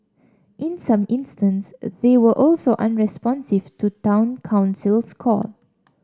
in some instances they were also unresponsive to Town Council's call